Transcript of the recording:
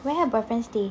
where her boyfriend stay